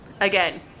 again